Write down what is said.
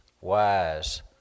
wise